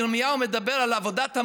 ירמיהו מדבר על עבודת המולך,